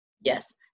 yes